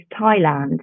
Thailand